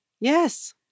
Yes